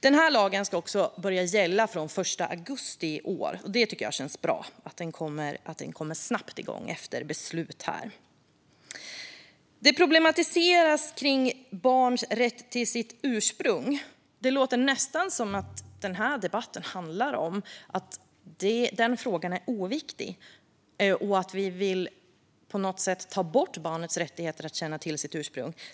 Den här lagen ska börja gälla från den 1 augusti i år. Jag tycker att det känns bra att den kommer igång snabbt efter beslut här. Det problematiseras kring barnets rätt till sitt ursprung. Det låter nästan som att den här debatten handlar om att den frågan är oviktig och att vi på något sätt vill ta bort barnets rätt att känna till sitt ursprung.